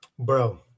Bro